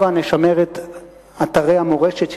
הבה נשמר את אתרי המורשת שלנו,